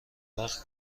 وقت